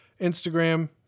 Instagram